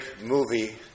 movie